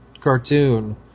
cartoon